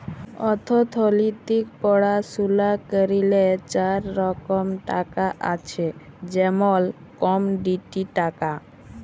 অথ্থলিতিক পড়াশুলা ক্যইরলে চার রকম টাকা আছে যেমল কমডিটি টাকা